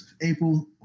April